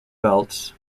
belts